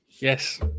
Yes